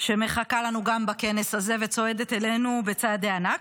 שמחכה לנו גם בכנס הזה וצועדת אלינו בצעדי ענק.